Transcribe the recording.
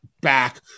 back